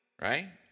right